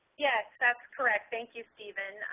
yes, that's correct. thank you, stephen.